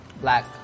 black